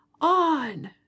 on